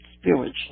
spiritually